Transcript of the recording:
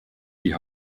die